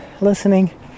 listening